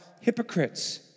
hypocrites